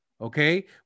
Okay